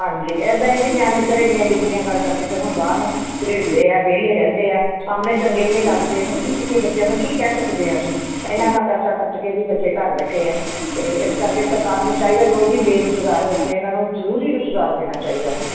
ਹਾਂਜੀ ਇੱਦਾਂ ਹੈ ਕਿ ਨਿਆਣੇ ਵਿਚਾਰੇ ਇੰਨੀਆਂ ਡਿਗਰੀਆਂ ਕਰ ਕਰਕੇ ਅਤੇ ਹੁਣ ਬਾਹਰ ਨੂੰ ਭੇਜਦੇ ਆ ਵਿਹਲੇ ਰਹਿੰਦੇ ਆ ਸਾਹਮਣੇ ਚੰਗੇ ਵੀ ਨਹੀਂ ਲੱਗਦੇ ਹੁਣ ਕੀ ਕਰੀਏ ਬੱਚਿਆਂ ਨੂੰ ਕੀ ਕਹਿ ਸਕਦੇ ਹਾਂ ਅਸੀਂ ਇੰਨਾਂ ਇੰਨਾਂ ਪੈਸਾ ਖਰਚ ਕੇ ਵੀ ਬੱਚੇ ਘਰ ਬੈਠੇ ਆ ਅਤੇ ਇਸ ਕਰਕੇ ਸਰਕਾਰ ਨੂੰ ਚਾਹੀਦਾ ਜੋ ਵੀ ਬੇਰੁਜ਼ਗਾਰ ਬੱਚੇ ਇਹਨਾਂ ਨੂੰ ਜ਼ਰੂਰੀ ਰੁਜ਼ਗਾਰ ਦੇਣਾ ਚਾਹੀਦਾ ਹੈ